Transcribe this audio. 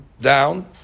Down